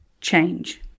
change